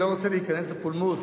אני לא רוצה להיכנס לפולמוס.